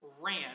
ran